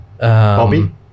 Bobby